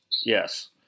yes